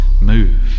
move